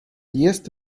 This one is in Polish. jest